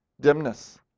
dimness